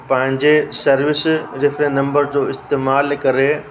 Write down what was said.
पंहिंजे service refer number जो इस्तेमालु करे